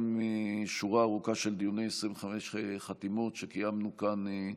גם שורה ארוכה של דיוני 25 חתימות שקיימנו כאן,